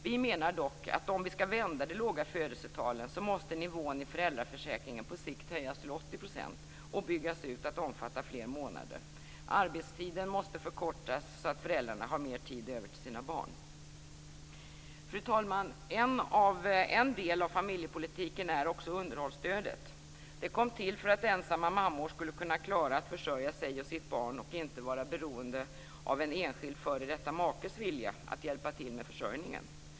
Vi menar dock att om vi skall vända de låga födelsetalen, måste nivån i föräldraförsäkringen på sikt höjas till 90 % och byggas ut till att omfatta fler månader. Arbetstiden måste förkortas så att föräldrarna har mer tid över till sina barn. Fru talman! En del av familjepolitiken är också underhållsstödet. Det kom till för att ensamma mammor skulle kunna klara att försörja sig och sitt barn och inte vara beroende av en enskild f.d. makes vilja att hjälpa till med försörjningen.